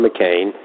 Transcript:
McCain